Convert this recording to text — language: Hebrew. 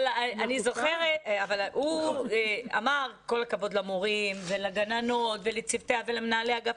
הוא אמר כל הכבוד למורים ולגננות ולצוותי ולמנהלי אגף